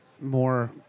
more